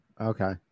Okay